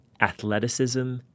athleticism